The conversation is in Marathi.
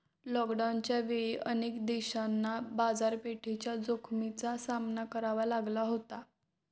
लॉकडाऊनच्या वेळी अनेक देशांना बाजारपेठेच्या जोखमीचा सामना करावा लागला होता